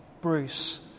Bruce